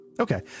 okay